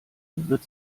wird